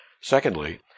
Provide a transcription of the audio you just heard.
Secondly